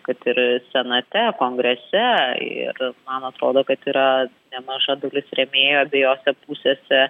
kad ir senate kongrese ir man atrodo kad yra nemaža dalis rėmėjų abiejose pusėse